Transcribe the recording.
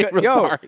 yo